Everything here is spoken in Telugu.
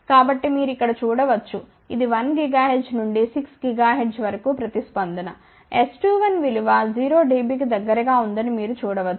కాబట్టి మీరు ఇక్కడ చూడ వచ్చు ఇది 1 GHz నుండి 6 GHz వరకు ప్రతిస్పందన S21 విలువ 0 dB కి దగ్గరగా ఉందని మీరు చూడ వచ్చు